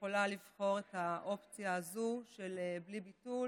יכולה לבחור את האופציה הזו של בלי ביטול